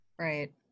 right